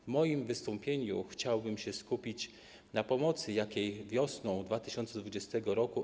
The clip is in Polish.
W moim wystąpieniu chciałbym się skupić na pomocy, jakiej wiosną 2020 r.